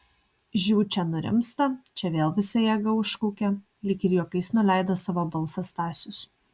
žiū čia nurimsta čia vėl visa jėga užkaukia lyg ir juokais nuleido savo balsą stasius